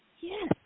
Yes